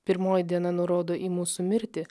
pirmoji diena nurodo į mūsų mirtį